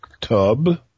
tub